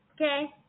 Okay